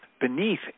beneath